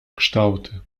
kształty